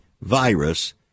virus